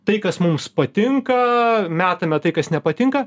tai kas mums patinka metame tai kas nepatinka